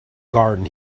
garden